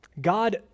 God